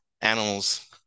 animals